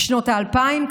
בשנות האלפיים,